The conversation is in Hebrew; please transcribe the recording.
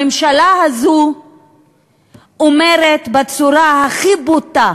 הממשלה הזאת אומרת בצורה הכי בוטה